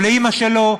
או לאימא שלו,